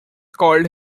called